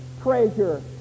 treasure